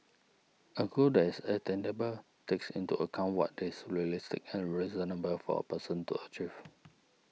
a goal that is attainable takes into account what is realistic and reasonable for a person to achieve